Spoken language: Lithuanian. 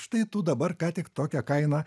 štai tu dabar kątik tokią kainą